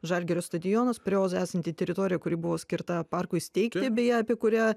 žalgirio stadionas prie ozo esanti teritorija kuri buvo skirta parkui steigti beje apie kurią